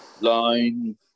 line